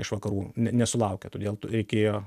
iš vakarų ne nesulaukė todėl reikėjo